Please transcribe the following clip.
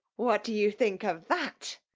what do you think of that?